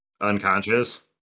unconscious